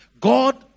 God